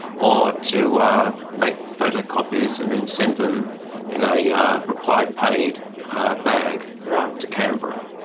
or to make photocopies and then send them in a yeah reply-paid bag to canberra.